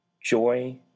joy